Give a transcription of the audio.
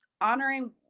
honoring